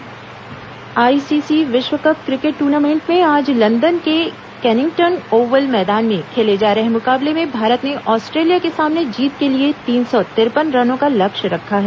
विश्व cup cricket ICC विश्व cup cricket tournament में आज लंदन के केनिंग्टन ओवल मैदान में खेले जा रहे मुकाबले में भारत ने आस्ट्रेलिया के सामने जीत के लिए तीन सौ तिरपन रनों का लक्ष्य रखा है